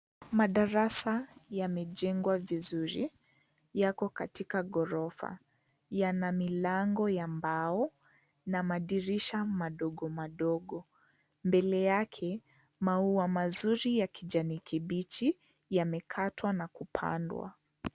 Madarasa yamejengwa vizuri Yako katika gorofa. Yana milango ya mbao na madirisha madogo madogo. Mbele yake maua mazuri ya kijani kibichi yamekatwa na kupandwa.